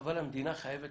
אבל המדינה חייבת